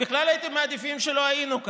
בכלל, הייתם מעדיפים שלא היינו כאן.